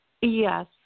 Yes